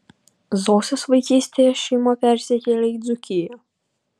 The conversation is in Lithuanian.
zosės vaikystėje šeima persikėlė į dzūkiją